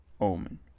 Omen